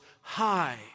high